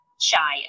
shy